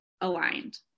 aligned